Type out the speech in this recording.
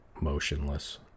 motionless